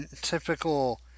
typical